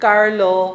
Carlo